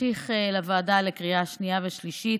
נמשיך לוועדה לקריאה שנייה ושלישית,